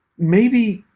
maybe,